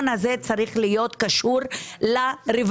רגולציה 26 מיליון שקלים בשנת 2023 ו-64 מיליון שקלים